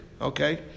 Okay